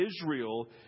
Israel